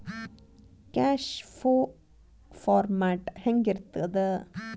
Cash ಫೋ format ಹೆಂಗಿರ್ತದ?